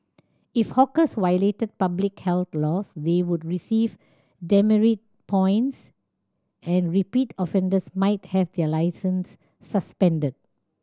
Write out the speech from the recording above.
if hawkers violated public health laws they would receive demerit points and repeat offenders might have their licence suspended